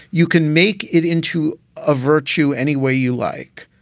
you can make it into a virtue any way you like.